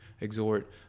exhort